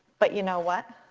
but you know what?